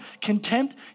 contempt